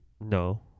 No